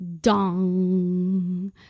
dong